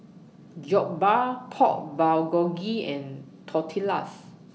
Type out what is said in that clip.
Jokbal Pork Bulgogi and Tortillas